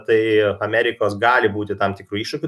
tai amerikos gali būti tam tikrų iššūkių